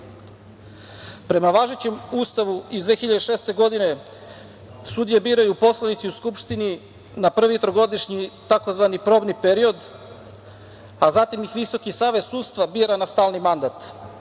fokus. Prema važećem Ustavu iz 2006. godine sudije biraju poslanici u Skupštini na prvi trogodišnji, takozvani probni period, a zatim ih VSS bira na stalni mandat.